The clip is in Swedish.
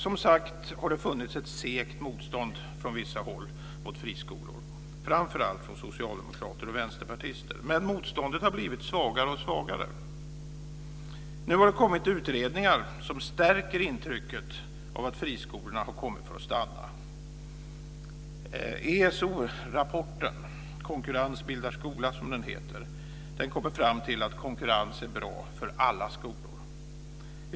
Som sagt har det funnits ett segt motstånd från vissa håll mot friskolor, framför allt från socialdemokrater och vänsterpartister. Men motståndet har blivit svagare och svagare. Nu har det kommit utredningar som stärker intrycket att friskolorna har kommit för att stanna. ESO-rapporten Konkurrens bildar skola kommer fram till att konkurrens är bra för alla skolor.